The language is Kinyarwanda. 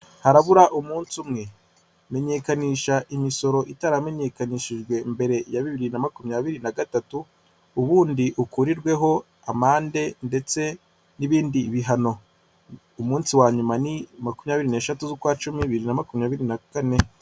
Harabura umunsi umwe. Menyenkanisha imisoro itaramenyekanishijwe mbere ya bibiri na makumyabiri na gatatu, ubundi ukurirweho amande ndetse n'ibindi bihano umunsi wa nyuma ni makumyabiri n'eshatu z'ukwa cumi bibiri na makumyabiri na kane.